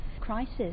crisis